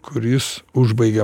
kuris užbaigia